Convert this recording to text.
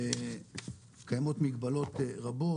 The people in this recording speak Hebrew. קיימות מגבלות רבות,